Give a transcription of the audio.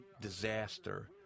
disaster